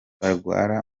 barwara